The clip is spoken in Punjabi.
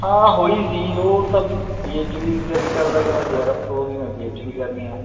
ਹਾਂ ਹੋਈ ਸੀ ਉਹ ਤਾਂ ਪੀ ਐੱਚ ਡੀ ਦੀ ਤਿਆਰੀ ਕਰਦਾ ਕਹਿੰਦਾ ਜੈਰਫ ਹੋ ਗਈ ਮੈਂ ਪੀ ਐੱਚ ਡੀ ਕਰਨੀ ਆ